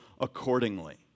accordingly